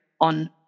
on